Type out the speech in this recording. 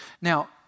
Now